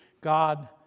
God